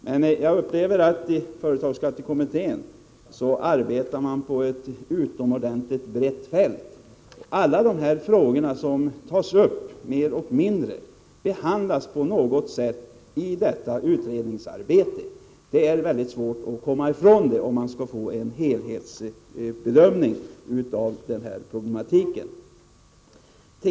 Men såsom jag upplever det hela arbetar företagsskattekommittén på ett utomordentligt brett fält. Alla de frågor som tas uppi större eller mindre utsträckning behandlas på något sätt i utredningsarbetet. Det är mycket svårt att komma ifrån det, om man skall få en helhetsbedömning av problematiken.